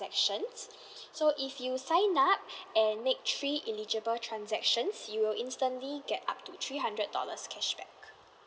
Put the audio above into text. ~actions so if you sign up and make three eligible transactions you will instantly get up to three hundred dollars cashback